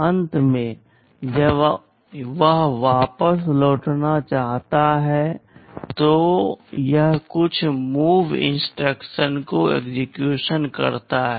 अंत में जब वह वापस लौटना चाहता है तो यह कुछ MOV इंस्ट्रक्शन को एक्सेक्यूशन करता है